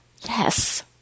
yes